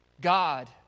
God